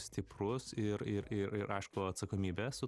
stiprus ir ir ir aišku atsakomybė su